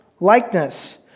likeness